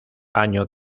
año